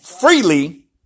freely